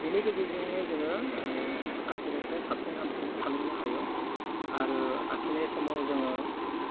बिनि गेजेरजोंनो जोङो आखिनायखो साबसिन हामसिन खालामनो हायौ आरो आखिनाय समाव जोङो